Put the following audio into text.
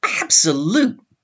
absolute